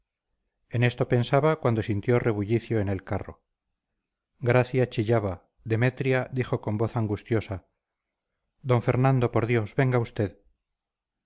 en esto pensaba cuando sintió rebullicio en el carro gracia chillaba demetria dijo con voz angustiosa d fernando por dios venga usted